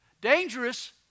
Dangerous